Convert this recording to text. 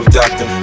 doctor